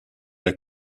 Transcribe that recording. der